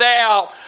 out